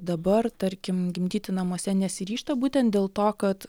dabar tarkim gimdyti namuose nesiryžta būtent dėl to kad